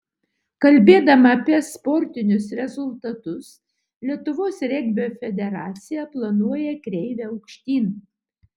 kalbėdama apie sportinius rezultatus lietuvos regbio federacija planuoja kreivę aukštyn